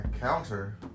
counter